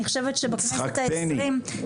אני חושבת שבכנסת ה-20 --- הצחקתני.